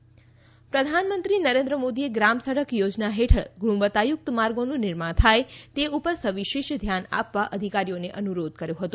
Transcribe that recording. પ્રધાનમંત્રી પ્રગતિ પ્રધાનમંત્રી નરેન્દ્ર મોદીએ ગ્રામ સડક યોજના હેઠળ ગુણવત્તાયુક્ત માર્ગોનું નિર્માણ થાય તે ઉપર સવિશેષ ધ્યાન આપવા અધિકારીઓને અનુરોધ કર્યો હતો